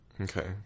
okay